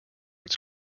its